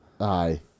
Aye